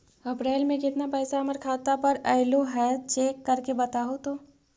अप्रैल में केतना पैसा हमर खाता पर अएलो है चेक कर के बताहू तो?